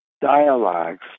dialogues